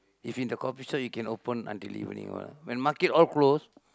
if in a coffee shop you can open until evening all ah when market all close